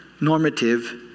normative